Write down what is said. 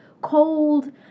cold